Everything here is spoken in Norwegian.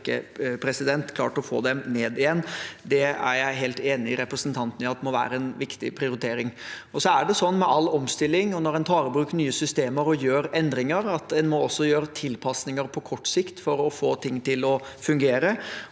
dessverre ikke klart å få dem ned igjen. Det er jeg helt enig med representanten i at må være en viktig prioritering. Ved all omstilling, og når en tar i bruk nye systemer og gjør endringer, må en også gjøre tilpasninger på kort sikt for å få ting til å fungere.